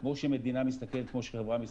כמו שמדינה מסתכלת, כמו שחברה מסתכלת.